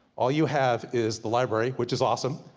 all you have is the library, which is awesome.